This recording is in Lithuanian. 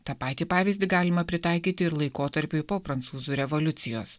tą patį pavyzdį galima pritaikyti ir laikotarpiui po prancūzų revoliucijos